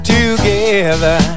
Together